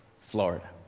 Florida